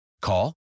Call